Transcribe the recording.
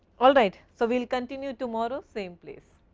all right, so we will continue tomorrow same place.